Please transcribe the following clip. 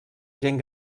gent